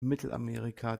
mittelamerika